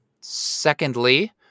Secondly